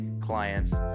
clients